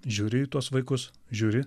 žiūri į tuos vaikus žiūri